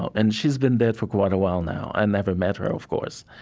and she's been dead for quite a while now. i never met her, of course.